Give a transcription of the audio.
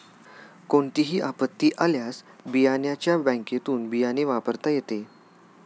कोणतीही आपत्ती आल्यास बियाण्याच्या बँकेतुन बियाणे वापरता येते